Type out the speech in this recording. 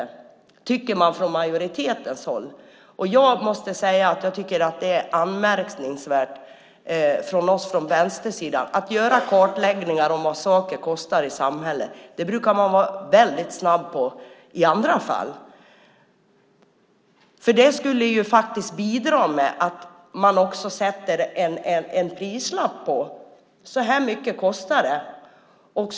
Det tycker man från majoritetens håll. Vi från vänstersidan tycker att detta är anmärkningsvärt, för att göra kartläggningar av vad saker kostar i samhället brukar man i andra fall vara väldigt snabb med. En kartläggning skulle bidra med att man sätter en prislapp på hur mycket detta kostar.